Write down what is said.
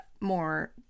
more